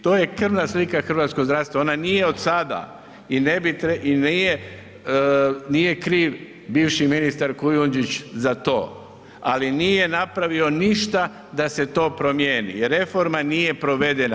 To je krvna slika hrvatskog zdravstva, ona nije od sada i nije kriv bivši ministar Kujundžić za to, ali nije napravio ništa da se to promijeni jer reforma nije provedena.